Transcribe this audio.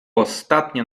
ostatnie